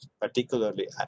Particularly